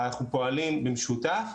אנחנו פועלים במשותף.